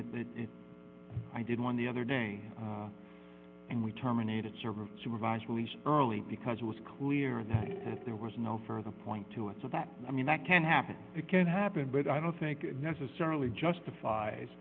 mean it that i did one the other day and we terminated service supervised release early because it was clear that there was no further point to it so that i mean that can happen it can happen but i don't think it necessarily justifies